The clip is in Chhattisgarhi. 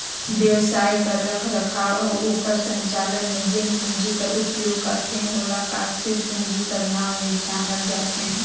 बेवसाय कर रखरखाव अउ ओकर संचालन में जेन पूंजी कर उपयोग करथे ओला कारसील पूंजी कर नांव ले जानल जाथे